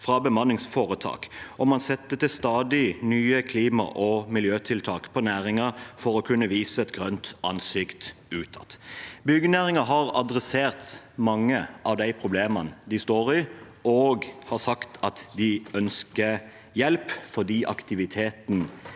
fra bemanningsforetak, og man legger til stadighet nye klima- og miljøtiltak på næringen for å kunne vise et grønt ansikt utad. Byggenæringen har tatt tak i mange av de problemene de står i, og de har sagt at de ønsker hjelp, for aktiviteten